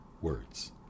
words